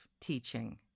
teaching